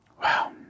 Wow